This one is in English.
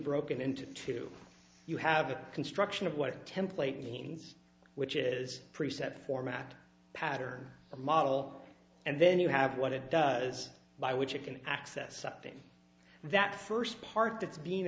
broken into two you have a construction of what template means which is preset format pattern a model and then you have what it does by which you can access something that first part that's being